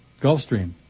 Gulfstream